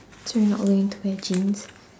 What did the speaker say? so you not going to wear jeans